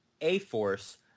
A-Force